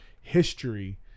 history